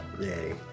Yay